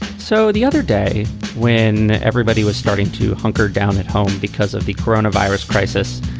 so the other day when everybody was starting to hunker down at home because of the corona virus crisis.